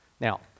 Now